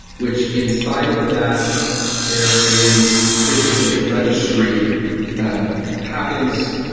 which inside of that there is basically the registry that happens.